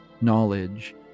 knowledge